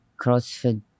CrossFit